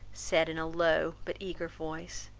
said in a low, but eager, voice,